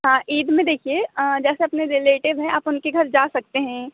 हाँ ईद में देखिए जैसे अपने रिलेटिव हैं आप उनके घर जा सकते हें